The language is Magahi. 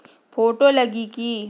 फोटो लगी कि?